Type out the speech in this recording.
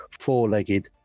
four-legged